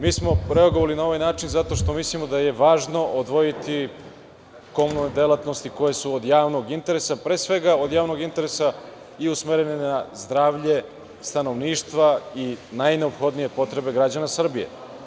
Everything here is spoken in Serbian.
Mi smo reagovali na ovaj način zato što mislimo da je važno odvojiti komunalne delatnosti koje su od javnog interesa, pre svega od javnog interesa i usmerene na zdravlje stanovništva i najneophodnije potrebe građana Srbije.